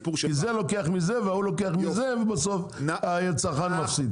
זה לוקח מזה וההוא לוקח מזה ובסוף הצרכן מפסיד.